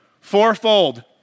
fourfold